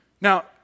Now